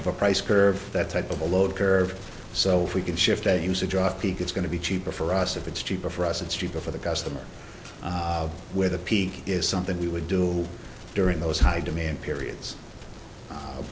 of a price curve that type of a load curve so if we can shift at ames a drop it's going to be cheaper for us if it's cheaper for us it's cheaper for the customer where the peak is something we would do during those high demand periods